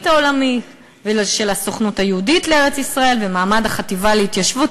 העולמית ושל הסוכנות היהודית לארץ-ישראל ואת מעמד החטיבה להתיישבות,